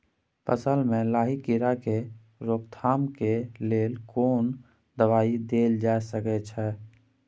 फसल में लाही कीरा के रोकथाम के लेल कोन दवाई देल जा सके छै?